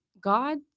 God